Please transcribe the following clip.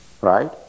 Right